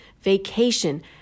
vacation